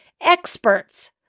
Experts